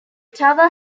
tower